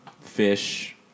fish